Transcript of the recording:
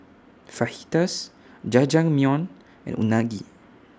Fajitas Jajangmyeon and Unagi